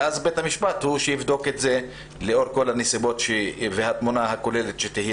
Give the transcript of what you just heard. ובית המשפט יבדוק את זה לאור כל הנסיבות והתמונה הכוללת שתהיה